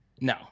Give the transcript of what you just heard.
No